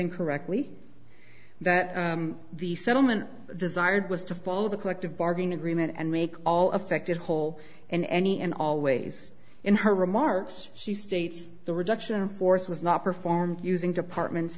incorrectly that the settlement desired was to follow the collective bargaining agreement and make all affected whole in any and all ways in her remarks she states the reduction of force was not performed using departments